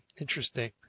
Interesting